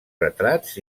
retrats